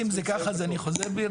אם זה ככה, אז אני חוזר בי.